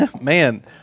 Man